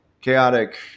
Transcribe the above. chaotic